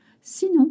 Sinon